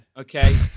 Okay